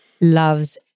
loves